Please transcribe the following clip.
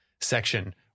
section